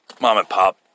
mom-and-pop